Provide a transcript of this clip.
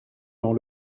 dans